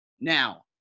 now